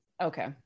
okay